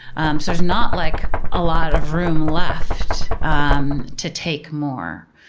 um so there's not like a lot of room left um to take more,